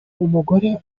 umugore